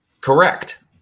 correct